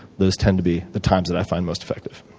those tends to be the times that i find most effective.